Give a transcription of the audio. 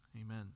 Amen